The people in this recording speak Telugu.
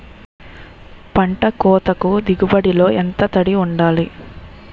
పంట కోతకు దిగుబడి లో ఎంత తడి వుండాలి?